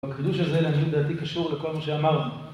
בקידוש הזה לעניות דעתי קשור לכל מה שאמרנו